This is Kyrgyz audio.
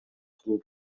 кылуу